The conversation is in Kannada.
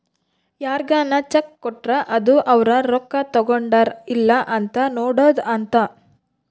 ಯಾರ್ಗನ ಚೆಕ್ ಕೊಟ್ರ ಅದು ಅವ್ರ ರೊಕ್ಕ ತಗೊಂಡರ್ ಇಲ್ಲ ಅಂತ ನೋಡೋದ ಅಂತ